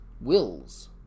wills